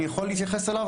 אני יכול להתייחס אליו?